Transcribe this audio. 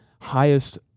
highest